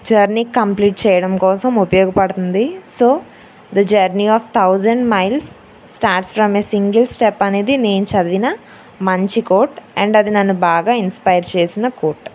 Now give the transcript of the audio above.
journey complete చేయడం కోసం ఉపయోగపడుతుందీ so the journey of thousand miles starts from a single step అనేది నేను చదివిన మంచి కోట్ అండ్ అది నన్ను బాగా ఇన్స్పైర్ చేసిన కోట్